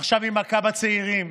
עכשיו היא מכה בצעירים.